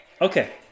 Okay